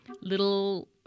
little